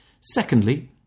Secondly